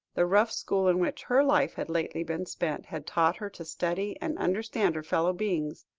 the rough school in which her life had lately been spent, had taught her to study and understand her fellow beings,